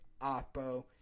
oppo